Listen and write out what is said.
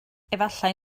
efallai